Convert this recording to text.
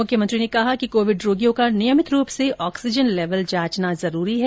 मुख्यमंत्री ने कहा कि कोविड रोगियों का नियमित रूप से ऑक्सीजन लेवल जांचना जरूरी है